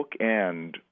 bookend